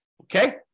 okay